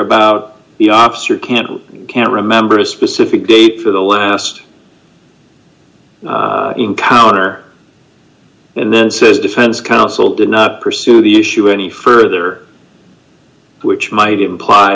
about the ops or can't can't remember a specific date for the last encounter and then says defense counsel did not pursue the issue any further which might imply